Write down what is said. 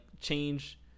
change